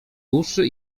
uszy